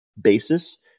basis